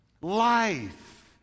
Life